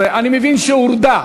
12, אני מבין שהורדה.